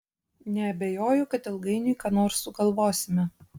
neabejoju kad ilgainiui ką nors sugalvosime